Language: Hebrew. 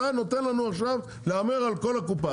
אתה נותן לנו עכשיו להמר על כל הקופה.